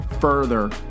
further